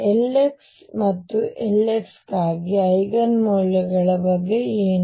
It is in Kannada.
Lx ಮತ್ತು Ly ಗಾಗಿ ಐಗನ್ ಮೌಲ್ಯಗಳ ಬಗ್ಗೆ ಏನು